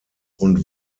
und